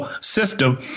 system